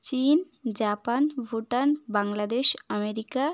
চীন Japan Bhutan Bangladesh America